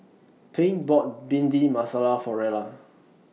Pink bought Bhindi Masala For Rella